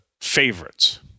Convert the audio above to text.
Favorites